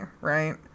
right